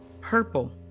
purple